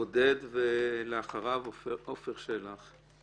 עודד ואחריו עפר שלח.